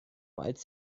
als